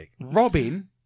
Robin